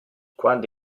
quando